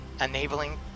enabling